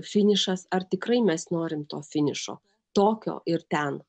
finišas ar tikrai mes norim to finišo tokio ir ten